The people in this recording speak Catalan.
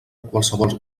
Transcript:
qualsevol